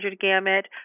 gamut